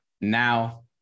now –